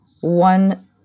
one